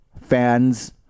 fans